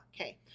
Okay